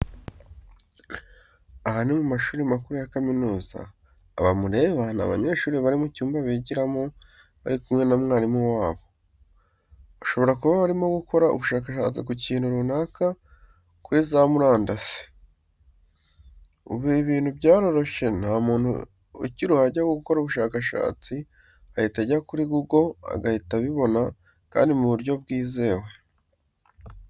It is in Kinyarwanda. Aha ni mu mashuri makuru ya kaminuza, aba mureba ni abanyeshuri bari mu cyumba bigiramo bari hamwe na mwarimu wabo, bashobora kuba barimo gukora ubushakashatsi ku kintu runaka kuri za murandasi. Ubu ibintu byaroroshye nta muntu ukiruha ajya gukora ubushakashatsi, ahita ajya kuri google agahita abibona kandi mu buryo bwizewe.